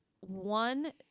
one